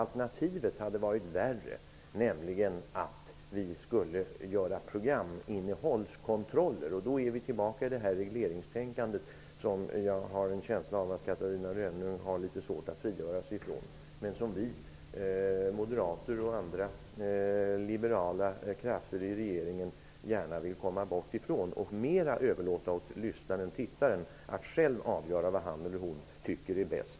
Alternativet, att vi skulle göra programinnehållskontroller, hade nämligen varit värre. Vi skulle då vara tillbaka i regleringstänkandet, som jag har en känsla av att Catarina Rönnung har litet svårt att frigöra sig ifrån, men som vi moderater och andra liberala krafter i regeringen gärna vill komma bort ifrån. Vi vill i större utsträckning överlåta åt lyssnaren/tittaren själv att avgöra vad han eller hon tycker är bäst.